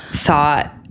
thought